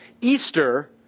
Easter